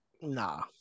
Nah